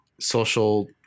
social